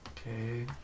Okay